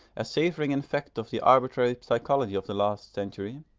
as savouring in fact of the arbitrary psychology of the last century,